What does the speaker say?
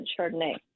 Chardonnay